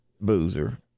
Boozer